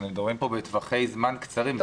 אנחנו מדברים כאן בטווחי זמן קצרים.